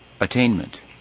attainment